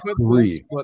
three